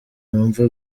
numva